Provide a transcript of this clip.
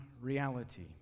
reality